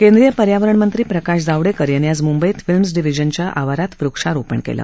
केंद्रीय पर्यावरणमंत्री प्रकाश जावडेकर यांनी आज मंंबईत फिल्म्स डिव्हिजनच्या आवारात वक्षारोपण केलं